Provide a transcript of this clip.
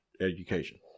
education